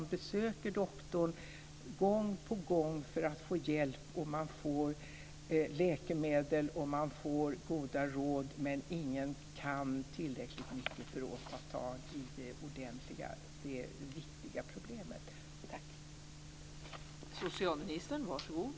De besöker läkaren gång på gång för att få hjälp, och de får läkemedel och goda råd, men ingen kan tillräckligt mycket för att ta tag i det verkliga problemet.